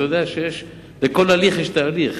ואתה יודע שלכל הליך יש תהליך.